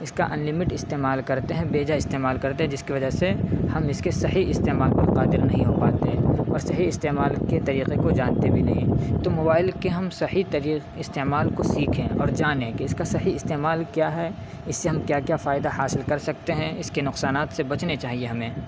اس کا انلیمٹڈ استعمال کرتے ہیں بےجا استعمال کرتے ہیں جس کے وجہ سے ہم اس کے صحیح استعمال پر قادر نہیں ہو پاتے اور صحیح استعمال کے طریقے کو جانتے بھی نہیں تو موبائل کے ہم صحیح طریق استعمال کو سیکھیں اور جانیں کہ اس کا صحیح استعمال کیا ہے اس سے ہم کیا کیا فائدہ حاصل کر سکتے ہیں اس کے نقصانات سے بچنے چاہییں ہمیں